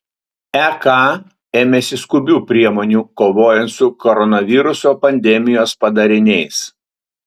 ek ėmėsi skubių priemonių kovojant su koronaviruso pandemijos padariniais